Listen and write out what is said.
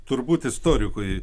turbūt istorikui